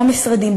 עוד משרדים.